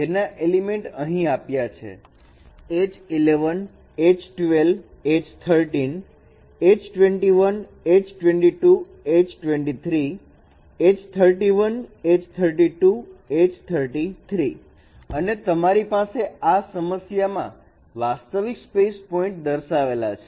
જેના એલિમેન્ટ અહીં આપ્યા છે અને તમારી પાસે આ સમસ્યા માં વાસ્તવિક સ્પેસ પોઇન્ટ દર્શાવેલા છે